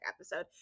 episode